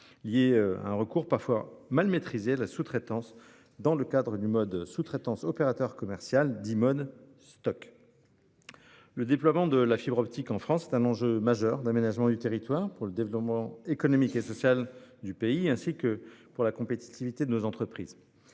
liés à un recours parfois mal maîtrisé à la sous-traitance dans le cadre du mode de sous-traitance aux opérateurs commerciaux, dit mode Stoc. Le déploiement de la fibre optique en France est un enjeu majeur pour l'aménagement du territoire, le développement économique et social du pays, ainsi que pour la compétitivité de nos entreprises.